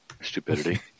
Stupidity